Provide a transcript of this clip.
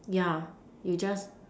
yeah you just